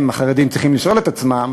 הם, החרדים, צריכים לשאול את עצמם